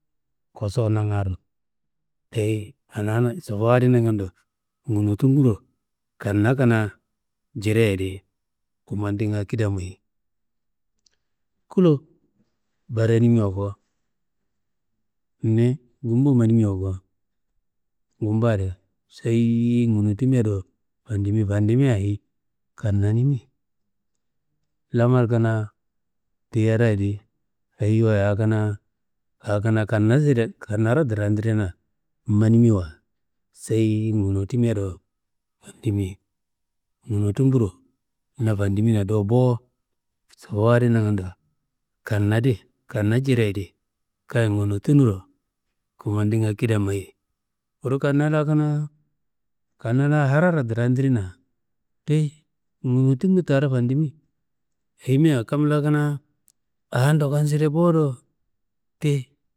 Kosowo nangaro, dayi sobowo adi nangando gunutumburo kanna kanaa jireye di kumandinga kida mayi. Kulo barenimiwa ko niyi ngumbu manimiwa ko, ngumba di seyi ngunuwutimea do fandimi, fandimea ayi kannanimi. Lamar kanaa teyiraye di ayiwaye awo kanaa kanna side kannaro drandirna manimiwa seyi nguwunutimea do fandimi, ngunuwutumburo na fandimina do bo. Sobowo adi nangando, kanna di kanna jireye di kayi ngunutuwunuro kemandinga kida mayi. Kuru kanna kanaa, kanaa hararo drandirna, ti ngunuwutumbu daaro fandimi, ayimia kam la kanaa awo ndokon side bo do ti.